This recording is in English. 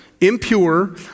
Impure